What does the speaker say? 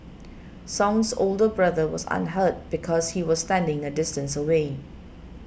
Song's older brother was unhurt because he was standing a distance away